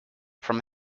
from